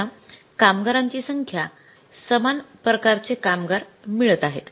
आपल्याला कामगारांची संख्या समान प्रकारचे कामगार मिळत आहेत